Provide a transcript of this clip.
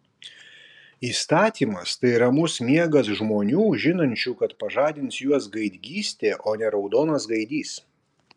įstatymas tai ramus miegas žmonių žinančių kad pažadins juos gaidgystė o ne raudonas gaidys